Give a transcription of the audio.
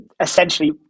essentially